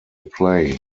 play